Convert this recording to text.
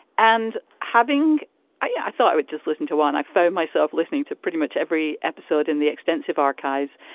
and having i thought i would just listen to one. i found myself listening to pretty much every episode in the extensive archives.